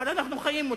אבל אנחנו חיים אותה.